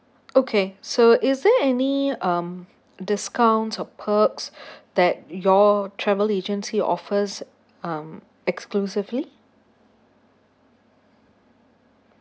okay so is there any um discounts or perks that your travel agency offers um exclusively